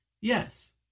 yes